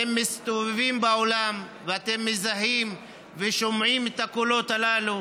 אתם מסתובבים בעולם ואתם מזהים ושומעים את הקולות הללו,